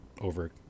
over